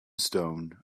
stone